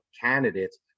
candidates